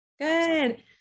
Good